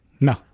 No